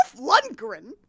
Lundgren